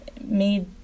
made